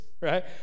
right